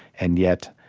and yet,